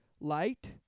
light